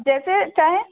جیسے چاہیں